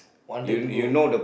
wanted to go